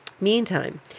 Meantime